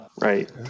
right